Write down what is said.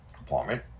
apartment